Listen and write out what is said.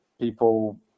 people